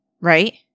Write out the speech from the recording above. Right